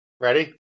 Ready